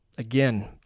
Again